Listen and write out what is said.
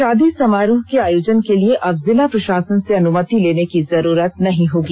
शादी समारोह के आयोजन के लिए अब जिला प्रषासन से अनुमति लेने की जरूरत नहीं होगी